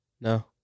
No